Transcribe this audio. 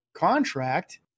contract